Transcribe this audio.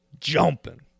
jumping